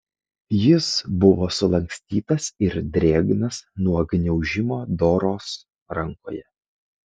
jis buvo sulankstytas ir drėgnas nuo gniaužimo doros rankoje